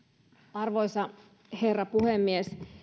arvoisa herra puhemies